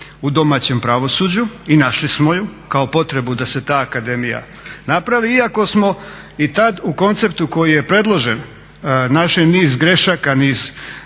u domaćem pravosuđu i našli smo ju kao potrebu da se ta akademija napravi, iako smo i tad u konceptu koji je predložen našli niz grešaka, niz